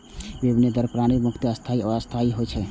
विनिमय दर प्रणाली मुख्यतः स्थायी आ अस्थायी रूप मे होइ छै